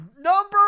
Number